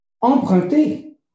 emprunter